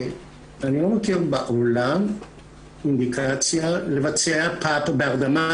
אני לא מכיר בעולם אינדיקציה לבצע פאפ בהרדמה,